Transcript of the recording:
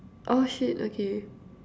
oh shit okay